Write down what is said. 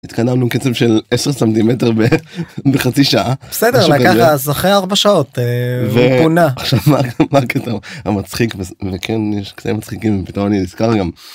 התקדמנו בקצב של 10 סנטימטר בחצי שעה. בסדר, אבל ככה, אז אחרי ארבע שעות, אה... הוא פונה. ו... עכשיו, מה הקטע המצחיק בזה? וכן יש קטעים מצחיקים, ופתאום אני נזכר גם.